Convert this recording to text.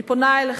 אני פונה אליכם,